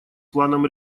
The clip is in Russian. планом